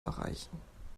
erreichen